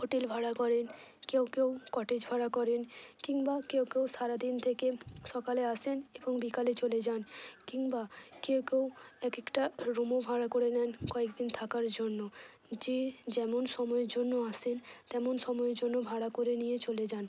hotel ভাড়া করেন কেউ কেউ কটেজ ভাড়া করেন কিংবা কেউ কেউ সারাদিন থেকে সকালে আসেন এবং বিকালে চলে যান কিংবা কেউ কেউ এক একটা রুমও ভাড়া করে নেন কয়েকদিন থাকার জন্য যে যেমন সময়ের জন্য আসেন তেমন সময়ের জন্য ভাড়া করে নিয়ে চলে যান